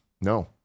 No